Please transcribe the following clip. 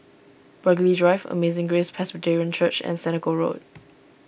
Burghley Drive Amazing Grace Presbyterian Church and Senoko Road